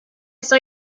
saw